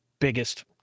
biggest